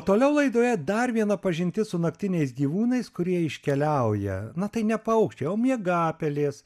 toliau laidoje dar viena pažintis su naktiniais gyvūnais kurie iškeliauja na tai ne paukščiai o miegapelės